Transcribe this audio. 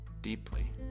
deeply